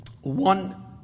one